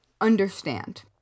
understand